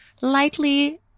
lightly